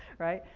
right?